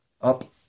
up